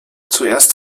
zuerst